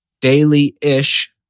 daily-ish